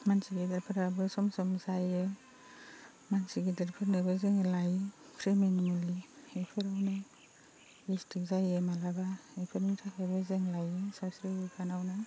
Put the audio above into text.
मानसि गिदिरफ्राबो सम सम जायो मानसि गिदिरफोरनोबो जोङो लायो ख्रिमिनि मुलि एफोरावनो गेस्ट्रिक जायो माब्लाबा इफोरनि थाखायबो जों लायो सावस्रि बिफानावनो